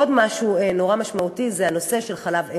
עוד משהו נורא משמעותי זה הנושא של חלב אם.